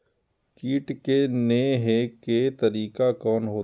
कीट के ने हे के तरीका कोन होते?